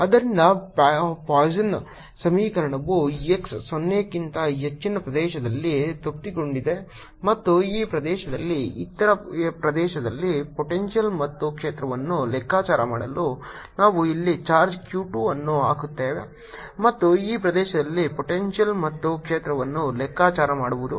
ಆದ್ದರಿಂದ ಪಾಯ್ಸನ್ ಸಮೀಕರಣವು x 0 ಕ್ಕಿಂತ ಹೆಚ್ಚಿನ ಪ್ರದೇಶದಲ್ಲಿ ತೃಪ್ತಿಗೊಂಡಿದೆ ಮತ್ತು ಈ ಪ್ರದೇಶದಲ್ಲಿ ಇತರ ಪ್ರದೇಶದಲ್ಲಿ ಪೊಟೆಂಶಿಯಲ್ ಮತ್ತು ಕ್ಷೇತ್ರವನ್ನು ಲೆಕ್ಕಾಚಾರ ಮಾಡಲು ನಾವು ಇಲ್ಲಿ ಚಾರ್ಜ್ q 2 ಅನ್ನು ಹಾಕುತ್ತೇವೆ ಮತ್ತು ಈ ಪ್ರದೇಶದಲ್ಲಿ ಪೊಟೆಂಶಿಯಲ್ ಮತ್ತು ಕ್ಷೇತ್ರವನ್ನು ಲೆಕ್ಕಾಚಾರ ಮಾಡುವುದು